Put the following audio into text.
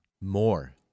More